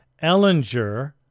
Ellinger